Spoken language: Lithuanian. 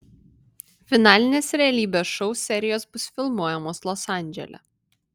finalinės realybės šou serijos bus filmuojamos los andžele